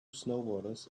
snowboarders